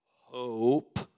Hope